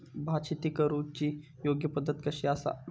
भात शेती करुची योग्य पद्धत कशी आसा?